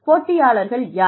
போட்டியாளர்கள் யார்